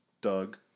Doug